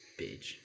Bitch